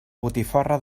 botifarra